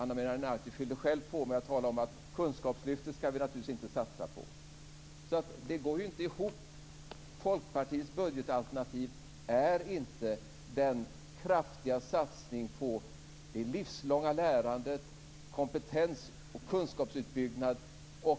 Ana Maria Narti fyllde själv på genom att säga att vi naturligtvis inte ska satsa på Detta går inte ihop. Folkpartiets budgetalternativ är inte en kraftig satsning på det livslånga lärandet, på kompetens och kunskapsuppbyggnad.